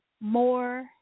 More